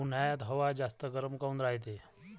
उन्हाळ्यात हवा जास्त गरम काऊन रायते?